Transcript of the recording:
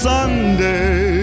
Sunday